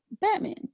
Batman